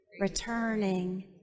returning